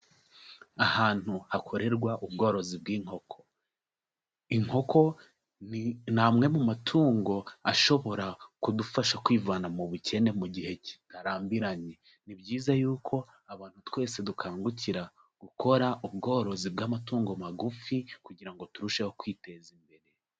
Ahantu hakorerwa ubworozi bw'inkoko, inkoko ni amwe mu matungo ashobora kudufasha kwivana mu bukene mu gihe kitarambiranye, ni byiza yuko abantu twese dukangukira gukora ubworozi bw'amatungo magufi kugira ngo turusheho kwiteza imbere.